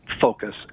focus